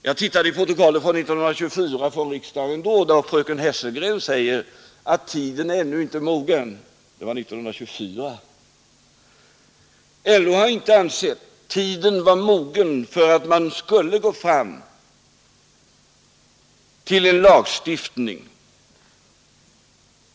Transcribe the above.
Jag tittade i protokollet från riksdagen 1924. Fröken Hesselgren säger att tiden är ännu inte mogen. Det var 1924. LO har inte ansett tiden vara mogen för att man skulle gå fram till en lagstiftning.